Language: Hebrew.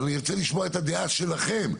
ואני רוצה לשמוע את הדעה שלכם,